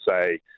say